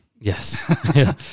Yes